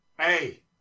Hey